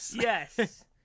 Yes